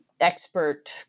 expert